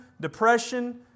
depression